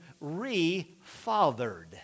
re-fathered